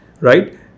right